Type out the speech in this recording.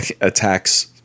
attacks